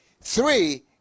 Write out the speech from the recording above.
Three